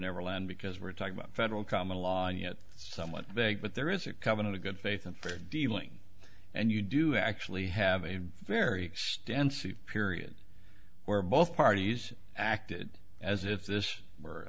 neverland because we're talking about federal common law and yet somewhat vague but there is a covenant of good faith and fair dealing and you do actually have a very extensive period where both parties acted as if this were